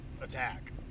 attack